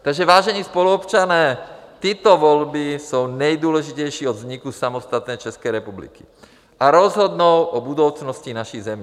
Takže vážení spoluobčané, tyto volby jsou nejdůležitější od vzniku samostatné České republiky a rozhodnou o budoucnosti naší země.